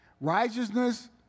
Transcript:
Righteousness